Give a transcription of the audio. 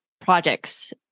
projects